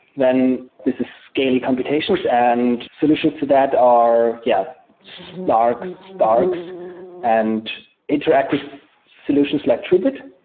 then this is scaling computations, and solutions to that are, yeah, snarks, starks and interactive solutions like truebit.